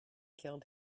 killed